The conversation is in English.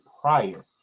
prior